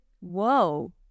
Whoa